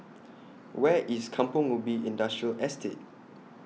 Where IS Kampong Ubi Industrial Estate